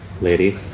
lady